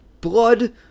blood